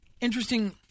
interesting